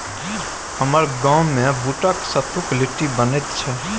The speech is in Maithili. हमर गाममे बूटक सत्तुक लिट्टी बनैत छै